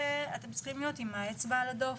אתם צריכים להיות עם האצבע על הדופק.